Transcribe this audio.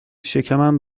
شکمم